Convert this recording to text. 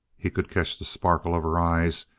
he could catch the sparkle of her eyes,